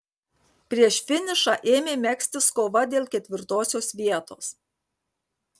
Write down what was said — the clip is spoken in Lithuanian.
prieš finišą ėmė megztis kova dėl ketvirtosios vietos